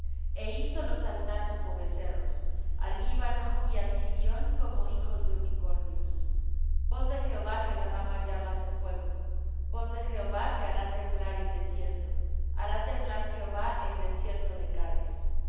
e hízolos saltar como becerros al líbano y al sirión como hijos de unicornios voz de jehová que derrama llamas de fuego voz de jehová que hará temblar el desierto hará temblar jehová el desierto de cades voz